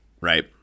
right